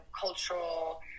cultural